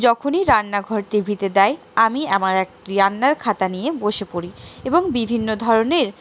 যখনই রান্নাঘর টিভিতে দেয় আমি আমার একটি রান্নার খাতা নিয়ে বসে পড়ি এবং বিভিন্ন ধরনের